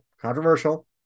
controversial